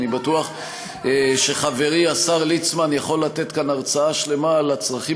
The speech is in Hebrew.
אני בטוח שחברי השר ליצמן יכול לתת כאן הרצאה שלמה על הצרכים